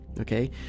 okay